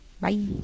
Bye